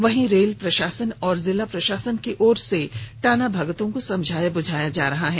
वहीं रेल प्रशासन और जिला प्रशासन की ओर से टाना भगतों को समझाया बुझाया जा रहा है